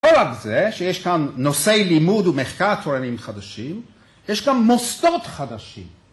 ‫לא רק זה שיש כאן נושאי לימוד ‫ומחקר תורנים חדשים, ‫יש גם מוסדות חדשים.